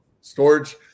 Storage